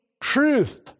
truth